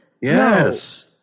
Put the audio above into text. Yes